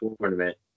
tournament